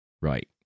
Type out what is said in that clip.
Right